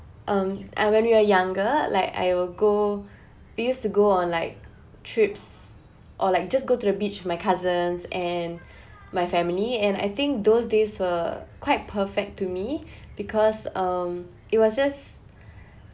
um and when we are younger like I will go we used to go on like trips or like just go to the beach with my cousins and my family and I think those days were quite perfect to me because um it was just